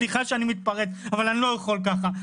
סליחה שאני מתפרץ אבל אני לא יכול ככה,